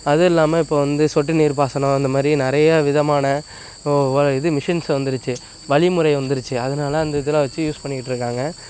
அது இல்லாமல் இப்போ வந்து சொட்டு நீர் பாசனம் இந்த மாதிரி நிறைய விதமான இது மிஷின்ஸ் வந்துருச்சு வழிமுறை வந்துருச்சு அதனால அந்த இதெலாம் வச்சி யூஸ் பண்ணிக்கிட்டுருக்காங்க